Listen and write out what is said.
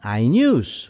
iNews